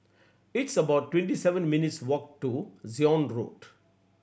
it's about twenty seven minutes' walk to Zion Road